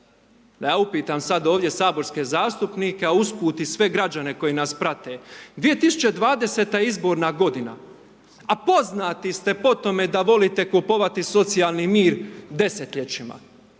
ja upitam sad ovdje saborske zastupnike a usput i sve građane koji nas prate, 2020. je izborna godina a poznati ste po tome da volite kupovati socijalni mir desetljećima,